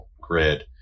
grid